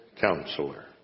counselor